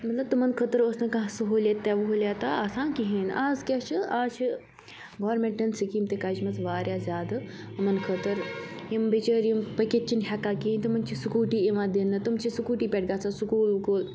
مطلب تِمَن خٲطرٕ اوس نہٕ کانٛہہ سہوٗلیتہ وہولیتَہ آسان کہیٖنۍ آز کیاہ چھِ آز چھِ گورمنٹَن سِکیٖم تہِ کَجمَژٕ واریاہ زیادٕ یِمَن خٲطرٕ یِم بِچٲرۍ یِم پٔکِتھ چھِ نہٕ ہیٚکان کہیٖنۍ تِمَن چھِ سکوٗٹی یِوان دِنہٕ تِم چھِ سکوٗٹی پٮ۪ٹھ گژھان سُکوٗل وُکوٗل